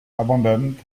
abandoned